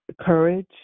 courage